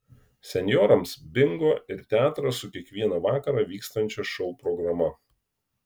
senjorams bingo ir teatras su kiekvieną vakarą vykstančia šou programa